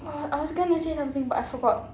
uh I was gonna say something but I forgot